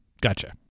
gotcha